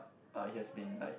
uh it has been like